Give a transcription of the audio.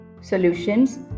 solutions